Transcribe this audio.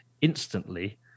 instantly